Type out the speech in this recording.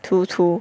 托托